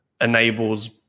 enables